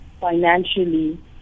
financially